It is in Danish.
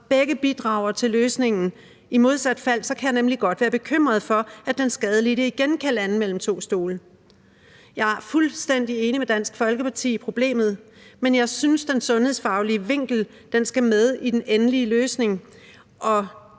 begge bidrager til løsningen. I modsat fald kan jeg nemlig godt være bekymret for, at den skadelidte igen kan lande mellem to stole. Jeg er fuldstændig enig med Dansk Folkeparti i problemet, men jeg synes, at den sundhedsfaglige vinkel skal med i den endelige løsning,